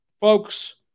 Folks